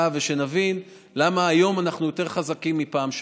ושנבין למה היום אנחנו יותר חזקים מהפעם שעברה.